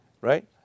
right